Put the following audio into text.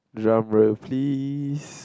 Lump of Peace